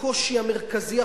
הקושי המרכזי,